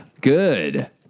Good